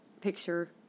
picture